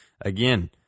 Again